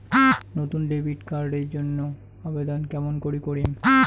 নতুন debit card এর জন্যে আবেদন কেমন করি করিম?